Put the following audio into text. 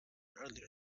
earlier